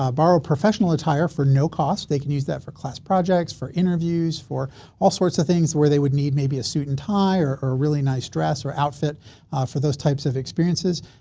ah borrow, professional attire for no cost they can use that for class projects for interviews for all sorts of things where they would need maybe a suit and tie or a really nice dress or outfit for those types of experiences.